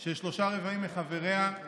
של שלושה רבעים מחבריה,